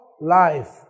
life